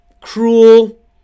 cruel